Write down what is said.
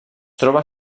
troba